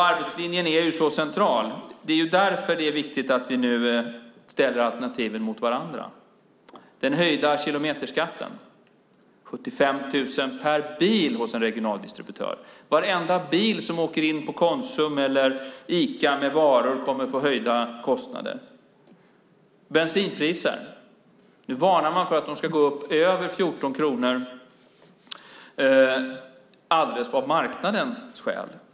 Arbetslinjen är central. Det är därför det är viktigt att vi nu ställer alternativen mot varandra. Den höjda kilometerskatten innebär 75 000 per bil för en regional distributör. Varenda bil som åker in på Konsum eller Ica med varor kommer att få höjda kostnader. Nu varnar man för att bensinpriserna ska gå upp över 14 kronor av marknadsorsaker.